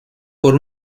por